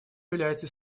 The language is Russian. является